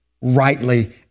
rightly